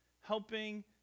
Helping